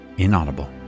inaudible